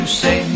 say